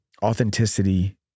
Authenticity